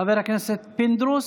חבר הכנסת פינדרוס.